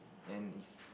and it's